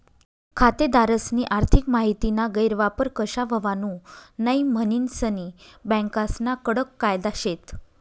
खातेदारस्नी आर्थिक माहितीना गैरवापर कशा व्हवावू नै म्हनीन सनी बँकास्ना कडक कायदा शेत